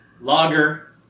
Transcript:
lager